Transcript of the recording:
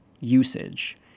usage